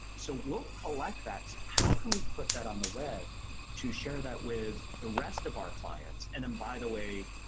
so, we'll collect that, how can we put that on the web to share that with the rest of our clients and then, by the way,